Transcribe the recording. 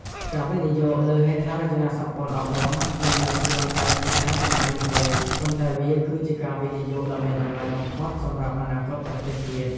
ការវិនិយោគលើហេដ្ឋារចនាសម្ព័ន្ធអប់រំ មិនមែនគ្រាន់តែជាការចំណាយនោះទេ ប៉ុន្តែវាគឺជាការវិនិយោគដ៏មានតម្លៃបំផុតសម្រាប់អនាគតប្រទេសជាតិ។